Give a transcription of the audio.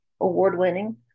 award-winning